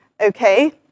okay